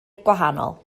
gwahanol